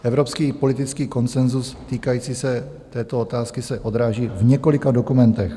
Evropský politický konsenzus týkající se této otázky se odráží v několika dokumentech.